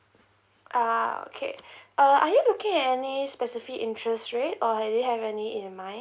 ah okay uh are you looking at any specific interest rate or do you have any in mind